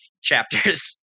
chapters